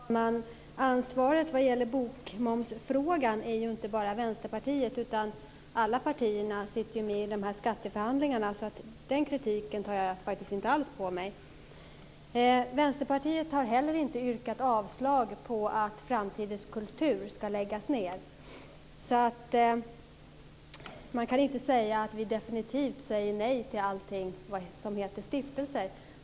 Fru talman! Ansvaret vad gäller bokmomsfrågan är ju inte bara Vänsterpartiets. Alla partier sitter med i skatteförhandlingarna, så den kritiken tar jag faktiskt inte alls på mig. Vänsterpartiet har inte heller yrkat avslag på att Framtidens kultur ska läggas ned. Man kan alltså inte säga att vi definitivt säger nej till allting som heter stiftelser.